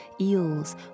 eels